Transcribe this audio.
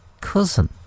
cousin